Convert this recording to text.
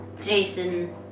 Jason